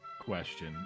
question